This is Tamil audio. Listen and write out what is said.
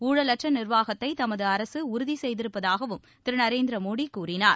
ஊழலற்ற நிர்வாகத்தை தமது அரசு உறுதி செய்திருப்பதாகவும் திரு நரேந்திரமோடி கூறினார்